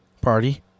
Party